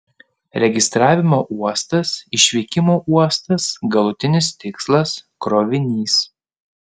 registravimo uostas išvykimo uostas galutinis tikslas krovinys